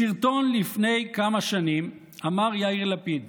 בסרטון לפני כמה שנים אמר יאיר לפיד